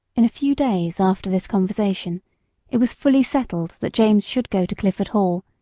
in a few days after this conversation it was fully settled that james should go to clifford hall,